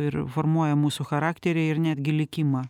ir formuoja mūsų charakterį ir netgi likimą